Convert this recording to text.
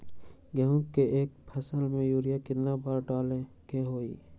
गेंहू के एक फसल में यूरिया केतना बार डाले के होई?